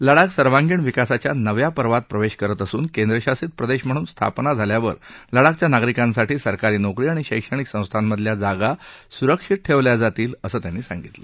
लडाख सर्वांगीण विकासाच्या नव्या पर्वात प्रवेश करत असून केंद्रशासित प्रदेश म्हणून स्थापना झाल्यावर लडाखच्या नागरिकांसाठी सरकारी नोकरी आणि शैक्षणिक संस्थांमधल्या जागा सुरक्षित ठेवल्या जातील असं त्यांनी सांगितलं